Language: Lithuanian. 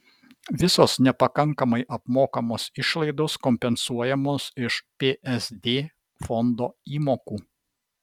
visos nepakankamai apmokamos išlaidos kompensuojamos iš psd fondo įmokų